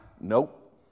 Nope